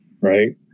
right